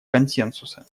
консенсуса